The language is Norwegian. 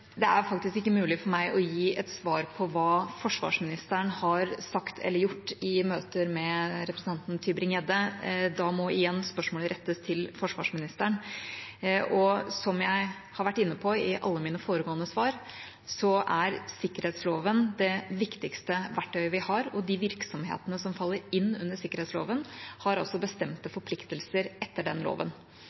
Det er faktisk ikke mulig for meg å gi et svar på hva forsvarsministeren har sagt eller gjort i møter med representanten Tybring-Gjedde. Da må igjen spørsmålet rettes til forsvarsministeren. Som jeg har vært inne på i alle mine foregående svar, er sikkerhetsloven det viktigste verktøyet vi har. De virksomhetene som faller inn under sikkerhetsloven, har altså bestemte forpliktelser etter den loven.